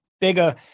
bigger